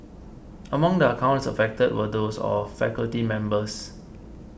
among the accounts affected were those of faculty members